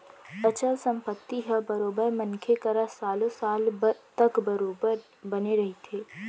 अचल संपत्ति ह बरोबर मनखे करा सालो साल तक बरोबर बने रहिथे